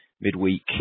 midweek